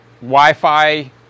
Wi-Fi